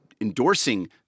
endorsing